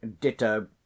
ditto